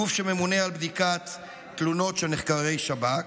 הגוף שממונה על בדיקת תלונות של נחקרי שב"כ.